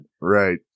Right